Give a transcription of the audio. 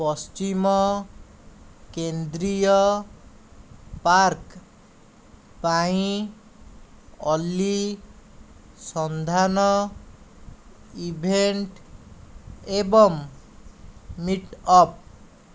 ପଶ୍ଚିମ କେନ୍ଦ୍ରୀୟ ପାର୍କ ପାଇଁ ଅଲି ସନ୍ଧାନ ଇଭେଣ୍ଟ ଏବଂ ମିଟ୍ ଅପ୍